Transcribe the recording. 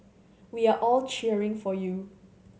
we are all cheering for you